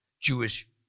Jewish